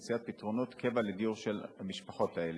במציאת פתרונות קבע לדיור של המשפחות האלה.